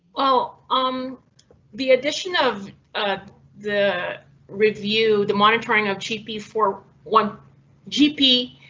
ah um the addition of ah the review, the monitoring of cheap before one gp.